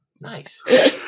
Nice